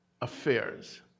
affairs